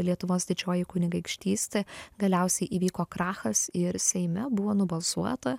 lietuvos didžioji kunigaikštystė galiausiai įvyko krachas ir seime buvo nubalsuota